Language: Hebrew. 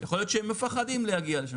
יכול להיות שהם מפחדים להגיע לשם,